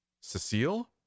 Cecile